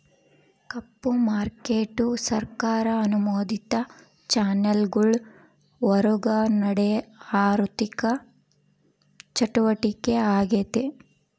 ಕಪ್ಪು market ಸರ್ಕಾರ ಅನುಮೋದಿತ ಚಾನೆಲ್ಗುಳ್ ಹೊರುಗ ನಡೇ ಆಋಥಿಕ ಚಟುವಟಿಕೆ ಆಗೆತೆ